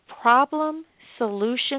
problem-solution